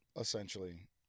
essentially